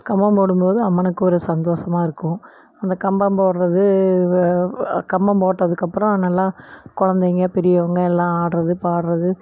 கம்பம் போடும்போது அம்மனுக்கு ஒரு சந்தோசமாக இருக்கும் அந்த கம்பம் போடுகிறது கம்பம் போட்டதுக்கப்புறம் நல்லா குழந்தைங்க பெரியவங்கள் எல்லாம் ஆடுக்கிறது பாடுகிறது